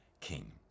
King